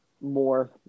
more